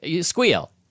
squeal